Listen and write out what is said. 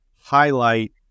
highlight